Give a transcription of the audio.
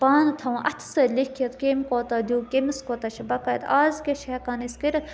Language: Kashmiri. پانہٕ تھاوُن اَتھٕ سۭتۍ لیکھِتھ کٔمۍ کوتاہ دیُت کٔمِس کوتاہ چھِ بقایَات اَز کیٛاہ چھِ ہٮ۪کان أسۍ کٔرِتھ